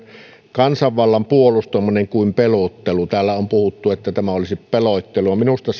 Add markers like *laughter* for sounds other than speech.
kansanvallan puolustamista kuin pelottelua täällä on puhuttu että tämä olisi pelottelua minusta *unintelligible*